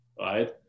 right